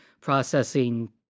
processing